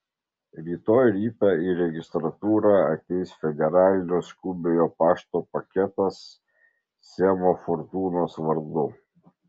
rytoj rytą į registratūrą ateis federalinio skubiojo pašto paketas semo fortūnos vardu